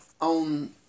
on